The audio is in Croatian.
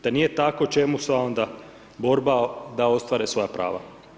Da nije tako čemu sva ova borba da ostvare svoja prava.